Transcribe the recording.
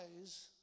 eyes